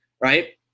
Right